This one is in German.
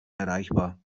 erreichbar